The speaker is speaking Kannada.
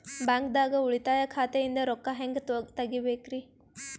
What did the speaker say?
ಬ್ಯಾಂಕ್ದಾಗ ಉಳಿತಾಯ ಖಾತೆ ಇಂದ್ ರೊಕ್ಕ ಹೆಂಗ್ ತಗಿಬೇಕ್ರಿ?